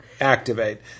activate